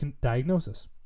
diagnosis